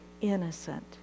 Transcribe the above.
innocent